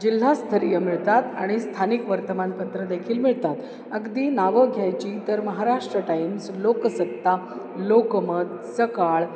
जिल्हास्तरीय मिळतात आणि स्थानिक वर्तमानपत्रं देखील मिळतात अगदी नावं घ्यायची तर महाराष्ट्र टाईम्स लोकसत्ता लोकमत सकाळ